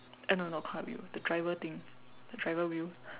uh no no not car wheel the driver thing the driver wheel